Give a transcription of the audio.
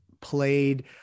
played